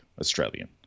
Australian